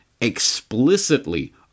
explicitly